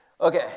Okay